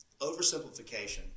oversimplification